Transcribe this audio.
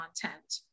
content